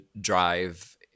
drive